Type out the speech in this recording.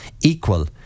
equal